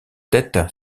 tête